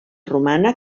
romana